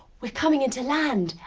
we're coming into land,